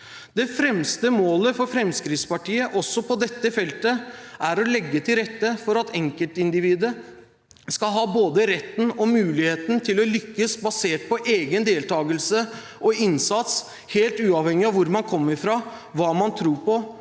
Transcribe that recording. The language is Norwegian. Det fremste målet for Fremskrittspartiet også på dette feltet er å legge til rette for at enkeltindividet skal ha både retten og muligheten til å lykkes basert på egen deltakelse og innsats helt uavhengig av hvor man kommer fra, hva man tror på,